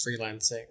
freelancing